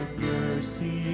mercy